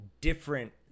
different